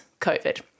COVID